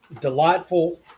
delightful